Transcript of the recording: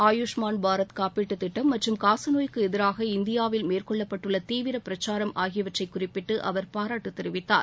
ஆயுஷ்மான் பாரத் காப்பீட்டுத் திட்டம் மற்றும் காசநோய்க்கு எதிராக இந்தியாவில் மேற்கொள்ளப்பட்டுள்ள தீவிர பிரச்சாரம் ஆகியவற்றை குறிப்பிட்டு அவர் பாராட்டு தெரிவித்தார்